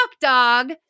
dog